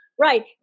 Right